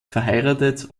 verheiratet